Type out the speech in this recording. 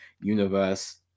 universe